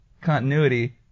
continuity